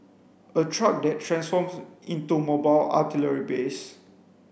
a truck that transforms into mobile artillery base